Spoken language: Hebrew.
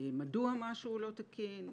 מדוע משהו לא תקין?